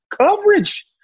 coverage